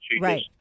Right